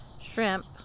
shrimp